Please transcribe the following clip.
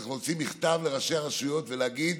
צריך להוציא מכתב לראשי הרשויות ולהגיד: